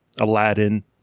Aladdin